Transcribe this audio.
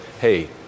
hey